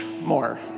more